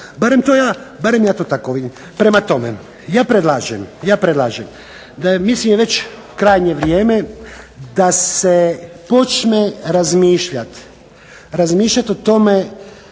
zakon. Barem ja to tako vidim. Prema tome, ja predlažem mislim već je krajnje vrijeme da se počne razmišljati, razmišljati o tome